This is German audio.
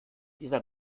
dieser